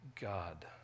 God